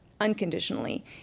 unconditionally